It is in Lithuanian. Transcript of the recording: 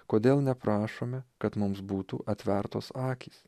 kodėl neprašome kad mums būtų atvertos akys